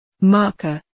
Marker